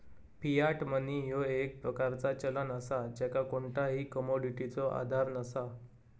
Fiat money ह्यो एक प्रकारचा चलन असा ज्याका कोणताही कमोडिटीचो आधार नसा